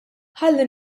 ħalli